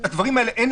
זו השאלה המרכזית,